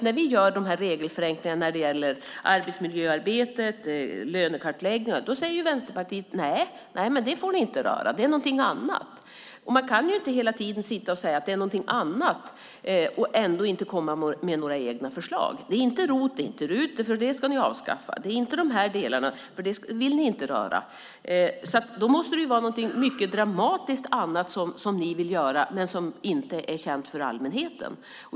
När vi gör regelförenklingarna som gäller arbetsmiljöarbetet och lönekartläggningarna säger Vänsterpartiet: Nej, det får ni inte röra. Det är något annat. Man kan inte hela tiden sitta och säga att det är något annat och ändå inte komma med några egna förslag. Det är inte ROT. Det är inte RUT, för det ska ni avskaffa. Det är inte de här delarna, för det vill ni inte röra. Då måste det vara något mycket dramatiskt annat som ni vill göra men som inte är känt för allmänheten.